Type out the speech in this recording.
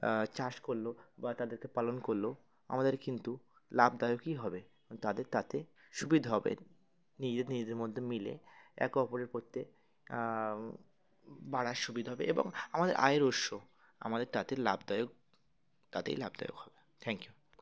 চাষ করলো বা তাদেরকে পালন করলো আমাদের কিন্তু লাভদায়কই হবে তাদের তাতে সুবিধা হবে নিজেদের নিজেদের মধ্যে মিলে একে অপরের করড়তে বাড়ার সুবিধা হবে এবং আমাদের আয়ের উৎস আমাদের তাতে লাভদায়ক তাতেই লাভদায়ক হবে থ্যাংক ইউ